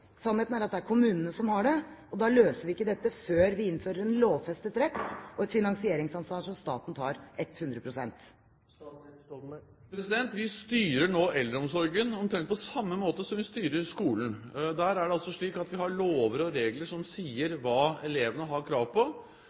Sannheten er at det er det kommunene som har, og da løser vi ikke dette før vi innfører en lovfestet rett og et finansieringsansvar som staten tar 100 pst. Vi styrer nå eldreomsorgen omtrent på samme måte som vi styrer skolen. Der er det slik at vi har lover og regler som sier hva elevene har krav på.